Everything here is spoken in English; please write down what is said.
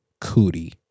cootie